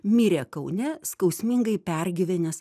mirė kaune skausmingai pergyvenęs